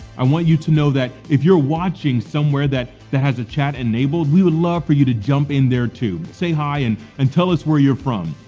i want you to know that if you're watching somewhere that has a chat enabled, we would love for you to jump in there too, say hi and and tell us where you're from.